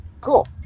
Cool